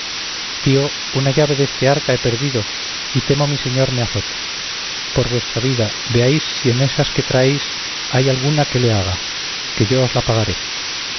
tio una llave de este arca he perdido y temo mi señor me azote por vuestra vida veáis si en ésas que traéis hay alguna que le haga que yo